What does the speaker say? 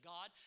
God